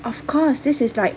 of course this is like